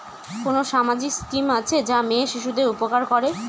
কোন সামাজিক স্কিম আছে যা মেয়ে শিশুদের উপকার করে?